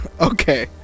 Okay